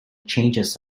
changes